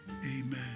amen